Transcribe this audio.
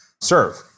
serve